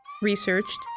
researched